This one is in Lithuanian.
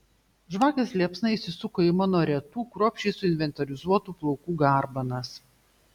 žvakės liepsna įsisuko į mano retų kruopščiai suinventorizuotų plaukų garbanas